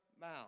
mouth